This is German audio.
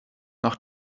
noch